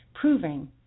proving